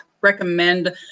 recommend